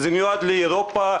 הוא מיועד לאירופה,